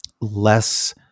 less